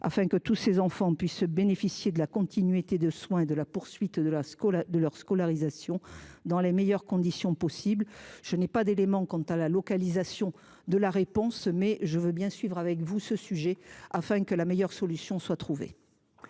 à ce que tous ces enfants puissent bénéficier de la continuité des soins et de la poursuite de leur scolarisation dans les meilleures conditions possible. Je n’ai pas d’éléments quant au lieu d’implantation, mais je veux bien suivre avec vous ce sujet, afin que la meilleure solution soit trouvée.